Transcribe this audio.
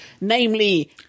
namely